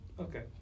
Okay